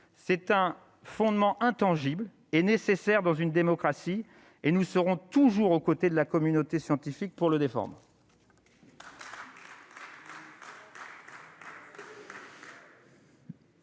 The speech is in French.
c'est un fondement intangible et nécessaire dans une démocratie et nous serons toujours au côté de la communauté scientifique pour le défendre.